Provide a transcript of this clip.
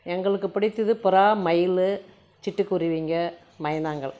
எங்களுக்கு பிடித்தது புறா மயில் சிட்டு குருவிங்கள் மைனாங்கள்